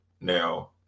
now